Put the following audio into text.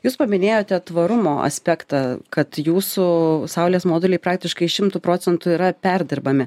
jūs paminėjote tvarumo aspektą kad jūsų saulės moduliai praktiškai šimtu procentų yra perdirbami